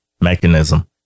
mechanism